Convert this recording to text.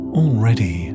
already